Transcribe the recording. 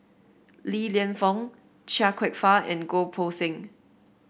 Li Lienfung Chia Kwek Fah and Goh Poh Seng